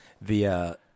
via